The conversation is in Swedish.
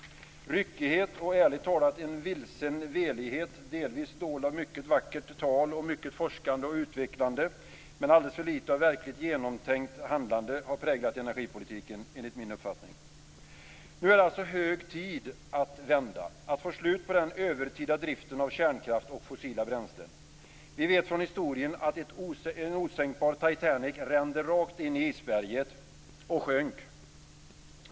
Ryckighet och ärligt talat en vilsen velighet, delvis dold av vackert tal och mycket forskande och utvecklande, men alldeles för lite av verkligt genomtänkt handlande har präglat energipolitiken enligt min uppfattning. Nu är det alltså hög tid att vända, att få slut på den övertida driften av kärnkraft och fossila bränslen. Vi vet från historien att en osänkbar Titanic rände rakt in i isberget och sjönk.